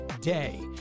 day